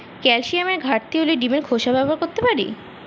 ক্যালসিয়ামের ঘাটতি হলে ডিমের খোসা ব্যবহার করতে পারি কি?